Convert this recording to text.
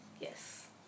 Yes